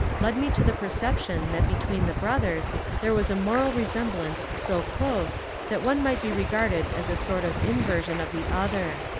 led me to the perception that between the brothers there was a moral resemblance so close that one might be regarded as a sort of inversion of the other.